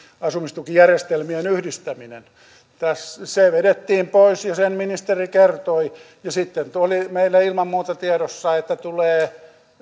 asumistukijärjestelmien yhdistäminen se vedettiin pois ja sen ministeri kertoi sitten tuo oli meillä ilman muuta tiedossa että tulee